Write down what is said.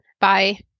Bye